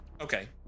okay